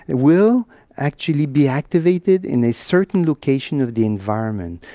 and will actually be activated in a certain location of the environment.